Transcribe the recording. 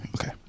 okay